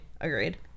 Agreed